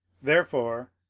therefore,